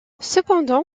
cependant